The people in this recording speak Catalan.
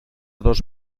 dos